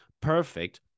Perfect